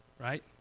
right